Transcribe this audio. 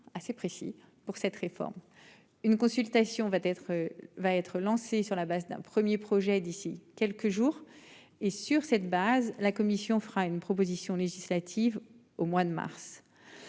assez précis pour cette réforme une consultation va être va être lancée sur la base d'un 1er projet d'ici quelques jours et sur cette base la Commission fera une proposition législative au mois de mars.